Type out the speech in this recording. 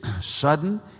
sudden